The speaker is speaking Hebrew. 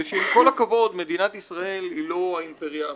זה שעם כל הכבוד מדינת ישראל היא לא האימפריה האמריקנית,